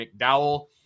McDowell